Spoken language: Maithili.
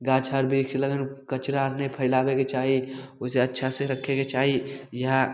गाछ आर बृक्ष लगेबै कचड़ा आर नहि फैलाबेके चाही ओकरा अच्छासे रखेके चाही इहए